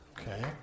Okay